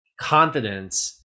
confidence